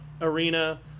arena